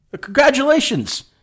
Congratulations